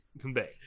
convey